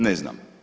Ne znam.